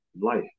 Life